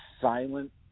silent